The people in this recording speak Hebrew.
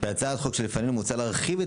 בהצעת החוק שלפנינו מוצע להרחיב את